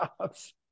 jobs